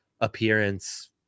appearance